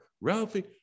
Ralphie